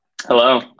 Hello